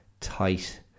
tight